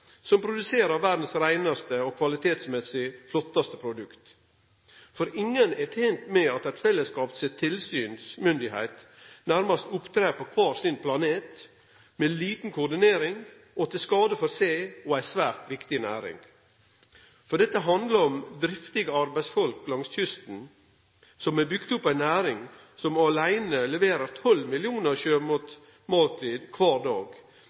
som produserer verdas reinaste og kvalitetsmessig flottaste produkt. For ingen er tent med at ein fellesskap sine tilsynsmyndigheiter nærmast opptrer på kvar sin planet med lite koordinering og til skade for seg og ei svært viktig næring. Dette handlar om driftige arbeidsfolk langs kysten, som har bygd opp ei næring som åleine leverer 12 millionar sjømatmåltid kvar dag.